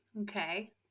okay